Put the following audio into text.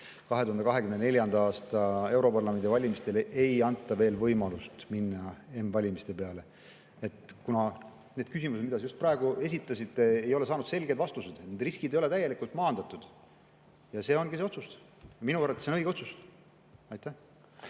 2024. aasta europarlamendi valimistel ei anta veel võimalust minna üle m‑valimistele, kuna need küsimused, mida te praegu esitasite, ei ole saanud selgeid vastuseid. Need riskid ei ole täielikult maandatud ja see ongi otsus. Minu arvates see on õige otsus.